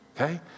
Okay